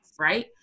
right